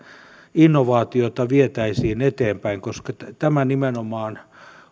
innovaatiota vietäisiin eteenpäin koska tämä nimenomaan